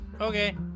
Okay